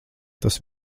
tas